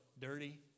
dirty